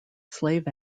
slave